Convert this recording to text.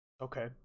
okay